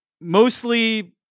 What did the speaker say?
Mostly